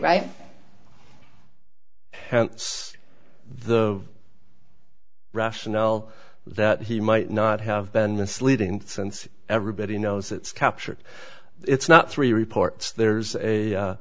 right the rationale that he might not have been misleading since everybody knows it's captured it's not three reports there's a